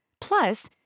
Plus